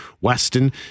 Weston